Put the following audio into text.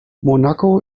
monaco